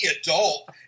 adult